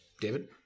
David